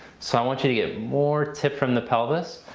so i want you to get more tipped from the pelvis.